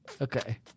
Okay